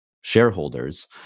shareholders